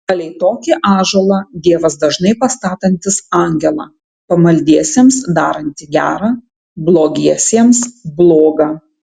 palei tokį ąžuolą dievas dažnai pastatantis angelą pamaldiesiems darantį gera blogiesiems bloga